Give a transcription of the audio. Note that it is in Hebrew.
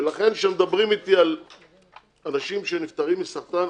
ולכן כשמדברים איתי על אנשים שנפטרים מסרטן,